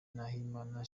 nahimana